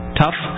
tough